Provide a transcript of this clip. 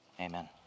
Amen